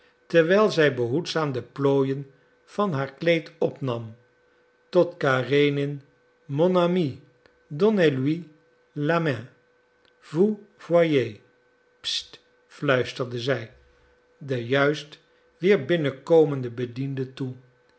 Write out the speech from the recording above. terwijl zij behoedzaam de plooien van haar kleed opnam tot karenin mon ami donnez lui la main vous voyez st fluisterde zij den juist weer binnenkomenden bediende toe